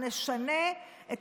נא לסיים.